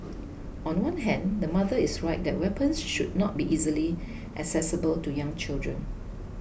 on one hand the mother is right that weapons should not be easily accessible to young children